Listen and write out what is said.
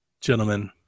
gentlemen